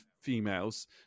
females